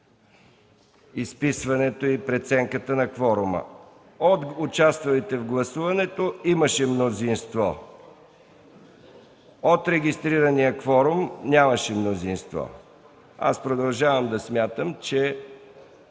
изписването и преценката на кворума. От участвалите в гласуването имаше мнозинство. От регистрирания кворум нямаше мнозинство. Аз продължавам да смятам, че